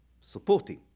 supporting